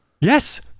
Yes